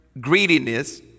greediness